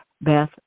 Beth